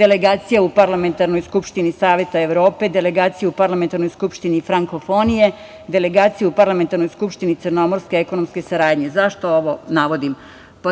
delegacija u Parlamentarnoj skupštini Saveta Evrope, delegacija u Parlamentarnoj skupštini Frankofonije, delegacija u Parlamentarnoj skupštini Crnomorske ekonomske saradnje.Zašto ovo navodim?